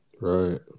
Right